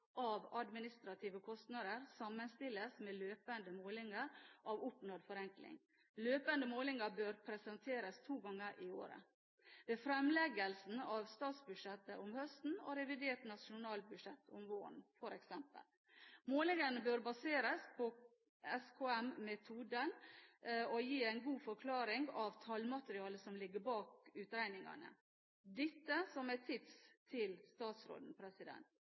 av administrative kostnader sammenstilles med løpende målinger av oppnådd forenkling. Løpende målinger bør presenteres to ganger i året, f.eks. ved fremleggelsen av statsbudsjettet om høsten og revidert nasjonalbudsjett om våren. Målingene bør baseres på standardkostnadsmetoden og gi en god forklaring av tallmaterialet som ligger bak utregningene. Dette er et tips til statsråden,